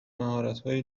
مهارتهای